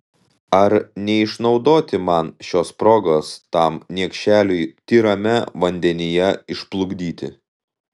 ar neišnaudoti man šios progos tam niekšeliui tyrame vandenyje išplukdyti